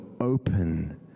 open